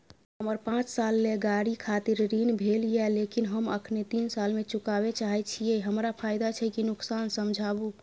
हमर पाँच साल ले गाड़ी खातिर ऋण भेल ये लेकिन हम अखने तीन साल में चुकाबे चाहे छियै हमरा फायदा छै की नुकसान समझाबू?